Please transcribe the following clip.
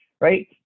right